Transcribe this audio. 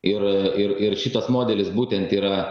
ir ir ir šitas modelis būtent yra